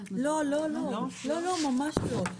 לא לא, ממש לא.